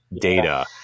data